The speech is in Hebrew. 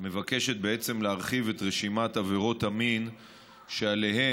מבקשת להרחיב את רשימת עבירות המין שעליהן